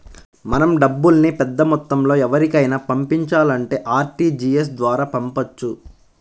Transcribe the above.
మనం డబ్బుల్ని పెద్దమొత్తంలో ఎవరికైనా పంపించాలంటే ఆర్టీజీయస్ ద్వారా పంపొచ్చు